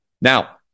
Now